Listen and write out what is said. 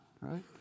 right